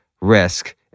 risk